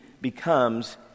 becomes